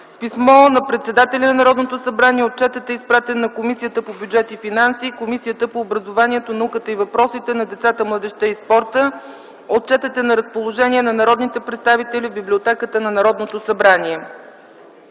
С писмо на председателя на Народното събрание отчетът е изпратен на Комисията по бюджет и финанси и Комисията по образованието, науката и въпросите на децата, младежта и спорта. Отчетът е на разположение на народните представители в библиотеката на Народното събрание.